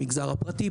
במגזר הפרטי,